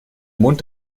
mond